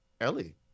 Ellie